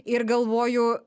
ir galvoju